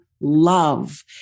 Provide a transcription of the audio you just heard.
love